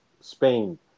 Spain